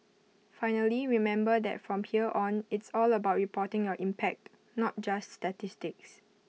finally remember that from here on it's all about reporting your impact not just statistics